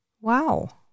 Wow